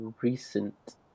recent